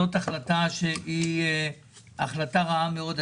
זאת החלטה רעה מאוד.